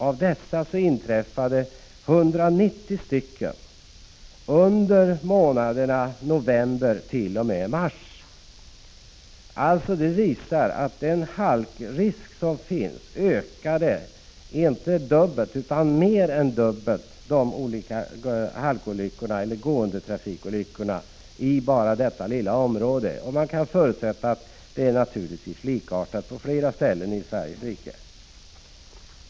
Av dessa inträffade 190 under månaderna november-mars. På grund av den halkrisk som finns under dessa månader ökade alltså antalet gåendetrafikolyckor inte dubbelt utan mer än dubbelt i bara detta lilla område. Vi kan förutsätta att det naturligtvis är likartade förhållanden på fler ställen i Sveriges rike.